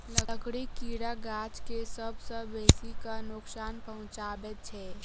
लकड़ीक कीड़ा गाछ के सभ सॅ बेसी क नोकसान पहुचाबैत छै